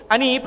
Ani